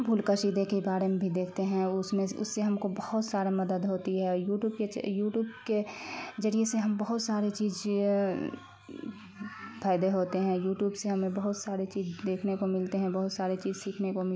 پھول کشیدے کے بارے میں بھی دیکھتے ہیں اس میں اس سے ہم کو بہت سارا مدد ہوتی ہے یوٹوب کے یوٹوب کے ذریعے سے ہم بہت سارے چیز فائدے ہوتے ہیں یوٹوب سے ہمیں بہت سارے چیز دیکھنے کو ملتے ہیں بہت سارے چیز سیکھنے کو مل